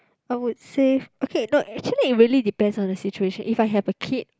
I would save okay no actually it really depends on the situation if I have a kid